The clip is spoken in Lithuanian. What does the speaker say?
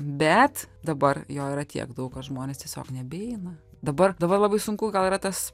bet dabar jo yra tiek daug kad žmonės tiesiog nebeeina dabar labai sunku gal yra tas